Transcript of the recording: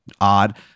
odd